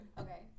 Okay